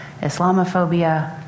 Islamophobia